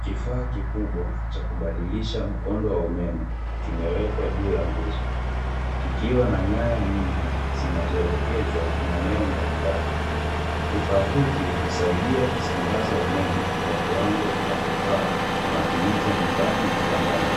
Kifaa kikubwa cha kubadilisha mkondo wa umeme kimewekwa juu ya nguzo, kikiwa na nyaya nyingi zinazoelekezwa maeneo mbalimbali. Kifaa hiki husaidia kusambaza umeme kwa viwango vinavyofaa kwa matumizi ya nyumbani na viwandani,